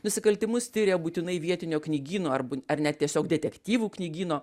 nusikaltimus tiria būtinai vietinio knygyno arbu ar net tiesiog detektyvų knygyno